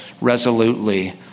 resolutely